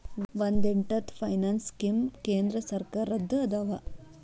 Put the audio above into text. ಒಂದ್ ಎಂಟತ್ತು finance scheme ಕೇಂದ್ರ ಸರ್ಕಾರದ್ದ ಅದಾವ